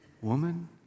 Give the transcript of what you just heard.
woman